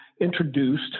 introduced